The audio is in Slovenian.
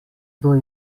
kdo